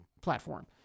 platform